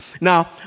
Now